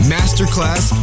Masterclass